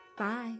Bye